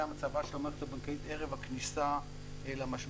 מצבה של המערכת הבנקאית ערב הכניסה למשבר.